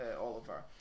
Oliver